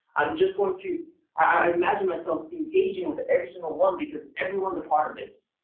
i'm just going to imagine myself engaging with every single one because everyone's a part of this.